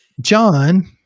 John